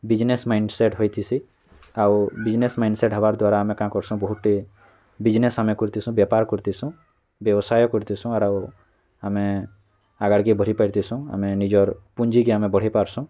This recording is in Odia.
ବିଜନେସ୍ ମାଇଣ୍ଡ ସେଟ୍ ହୋଇଥିସି ଆଉ ବିଜନେସ୍ ମାଇଣ୍ଡ ସେଟ୍ ହେବାର୍ ଦ୍ଵାରା ଆମେ କାଁ କର୍ସୁ ବହୁଟେ ବିଜନେସ୍ ଆମେ କରୁଥିସୁ ବେପାର୍ କରୁଥିସୁ ବ୍ୟବସାୟ କରିଥିସୁ ଆରୁ ଆମେ ଆଗାଡ଼୍କେ ବହି ପାରିଥିସୁ ଆମେ ନିଜର୍ ପୁଞ୍ଜିକେ ଆମେ ବଢ଼େଇ ପାର୍ସୁ